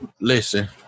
Listen